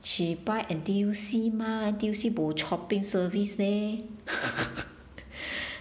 she buy N_T_U_C mah N_T_U_C bo shopping service leh